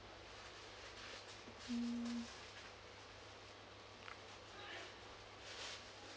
mm